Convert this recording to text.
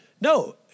No